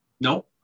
No